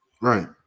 Right